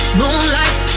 moonlight